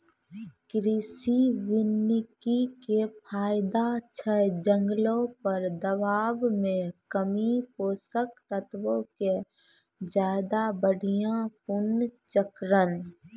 कृषि वानिकी के फायदा छै जंगलो पर दबाब मे कमी, पोषक तत्वो के ज्यादा बढ़िया पुनर्चक्रण